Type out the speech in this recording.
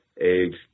age